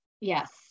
Yes